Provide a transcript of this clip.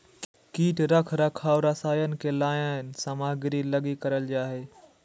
कीट रख रखाव रसायन के लाइन सामग्री लगी करल जा हइ